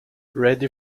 ready